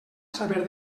saber